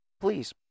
please